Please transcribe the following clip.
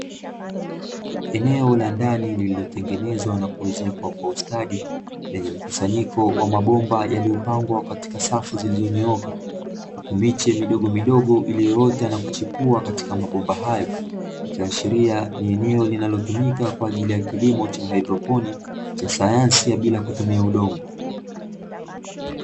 Eneo la ndani limetengeneza na kuezekwa kwa ustadi, lenye mkusanyiko wa mabomba yaliyopangwa, katika safu zilizonyooka miche midogo midogo iliyoota na kuchipua katika mabo bahari ya kiashiria ni eneo linalotumika kwa ajili ya kilimo cha hydroponic cha sayansi ya bila kutumia udongo.